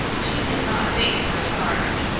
she can not face my charge.